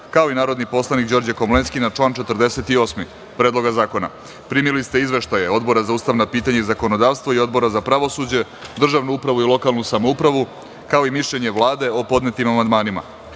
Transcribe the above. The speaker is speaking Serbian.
kao i narodni poslanik Đorđe Komlenski na član 48. Predloga zakona. Primili ste izveštaje Odbora za ustavna pitanja i zakonodavstvo i Odbora za pravosuđe, državnu upravu i lokalnu samoupravu, kao i mišljenje Vlade o podnetim amandmanima. Pošto